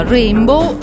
Rainbow